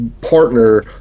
partner